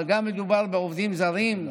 אבל מדובר גם בעובדים זרים,